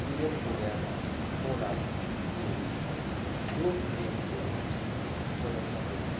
ਕੀੜੇ ਮਕੌੜਿਆਂ ਦਾ ਹੋਣਾ ਵੀ ਜ਼ਰੂਰੀ ਹੈ ਜੋ ਕੀੜੇ ਮਕੌੜੇ ਮੰਨ ਲਉ ਸਾਡੇ